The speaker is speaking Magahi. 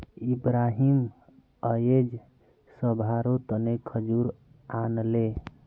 इब्राहिम अयेज सभारो तने खजूर आनले